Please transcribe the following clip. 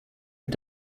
mit